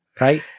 Right